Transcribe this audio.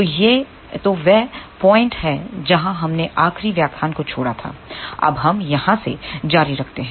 तो यह वह पॉइंट है जहां हमने आखिरी व्याख्यान को छोड़ा था अब हम यहां से जारी रखते हैं